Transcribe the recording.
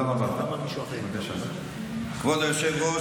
כבוד היושב-ראש,